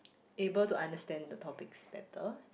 able to understand the topics better